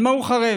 על מה הוא חרב?